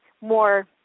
more